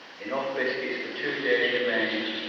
enough biscuits for two days remained.